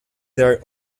their